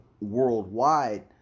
worldwide